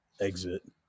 exit